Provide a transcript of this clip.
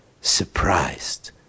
surprised